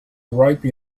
ripe